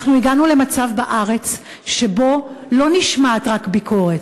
אנחנו הגענו בארץ למצב שבו לא נשמעת רק ביקורת,